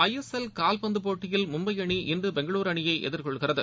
ISL கால்பந்துப் போட்டியில் மும்பை அணி இன்று பெங்களூரு அணியை எதிர்கொள்கிறது